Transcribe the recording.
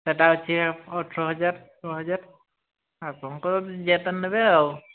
ସେଇଟା ଅଛି ଅଠର ହଜାର ଷୋହଳ ହଜାର ଆପଣଙ୍କର ଯେତେନେବେ ଆଉ